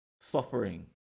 suffering